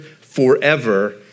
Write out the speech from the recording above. forever